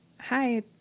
hi